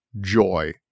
joy